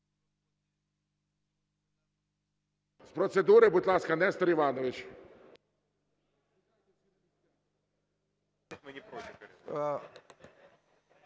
З процедури, будь ласка, Нестор Іванович.